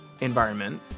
environment